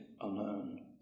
alone